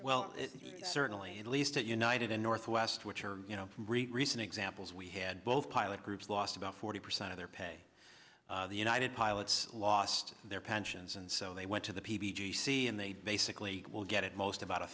well certainly at least at united in northwest which are you know recent examples we had both pilot groups lost about forty percent of their pay the united pilots lost their pensions and so they went to the p v c and they basically will get it most about a